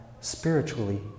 spiritually